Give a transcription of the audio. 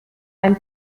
ein